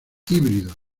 híbridos